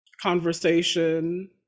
conversation